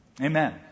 amen